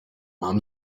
mám